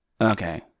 okay